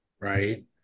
right